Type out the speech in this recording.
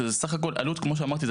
התשתית - כמו שאמרתי,